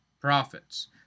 prophets